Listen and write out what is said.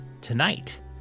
tonight